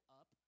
up